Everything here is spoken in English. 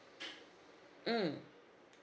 mm